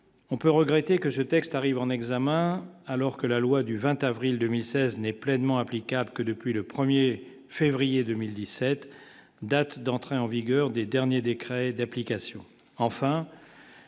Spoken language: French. on peut regretter que je texte arrive en examen alors que la loi du 20 avril 2016 n'est pleinement applicable que depuis le 1er février 2017, date d'entrée en vigueur des derniers décrets d'application,